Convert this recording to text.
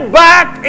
back